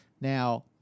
Now